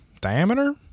diameter